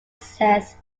says